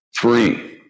three